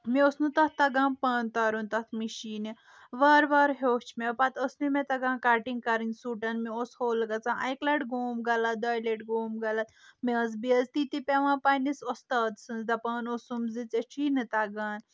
مےٚ اوس نہٕ تتھ تگان پن تارُن تتھ مِشیٖنہِ وارٕ وار ہیٚوٚچھ مےٚ پتہٕ ٲس نہِ مےٚ تگان کٹنٚگ کرٕنۍ سوٹن مےٚ اوس ہوٚل گژھان اکہِ لٹہِ گوٚوُم غلط دۄیہِ لٹہِ گوٚوُم غلط مےٚ ٲس بے عزتی تہِ پٮ۪وان پننِس استاد سٕنٛز دپان اوسُم زِ ژےٚ چھُے نہٕ تگان